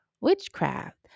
witchcraft